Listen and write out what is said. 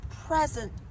present